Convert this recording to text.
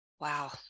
Wow